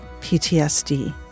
PTSD